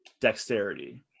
dexterity